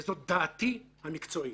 וזאת דעתי המקצועית.